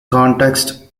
context